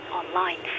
online